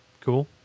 Cool